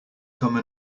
come